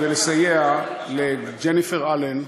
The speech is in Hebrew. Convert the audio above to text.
כדי לסייע לגברת ג'ניפר אלן,